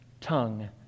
tongue